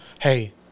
Hey